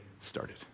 started